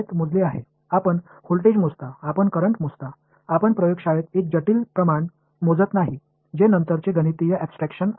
நீங்கள் மின்னழுத்தத்தை அளவிடுகிறீர்கள் கரண்டை அளவிடுகிறீர்கள் ஆய்வக வலதுபுறத்தில் நீங்கள் சிக்கலான அளவை அளவிடவில்லை இது பின்னர் கணித சுருக்கமாகும்